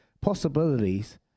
possibilities